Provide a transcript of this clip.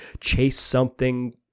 chase-something